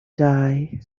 die